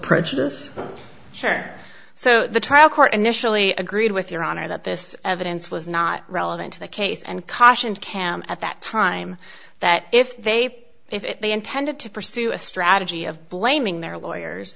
prejudice sure so the trial court initially agreed with your honor that this evidence was not relevant to the case and cautioned cam at that time that if they if they intended to pursue a strategy of blaming their lawyers